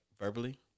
verbally